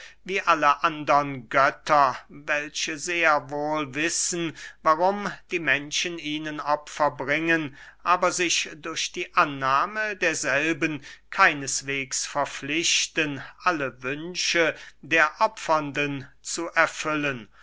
wie alle andre götter welche sehr wohl wissen warum die menschen ihnen opfer bringen aber sich durch die annahme derselben keineswegs verpflichten alle wünsche der opfernden zu erfüllen